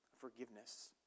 forgiveness